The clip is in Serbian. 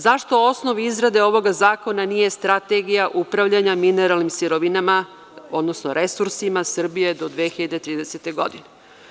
Zašto osnov izrade ovoga zakona nije strategija upravljanja mineralnim sirovinama odnosno resursima Srbije do 2030. godine?